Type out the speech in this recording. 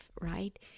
right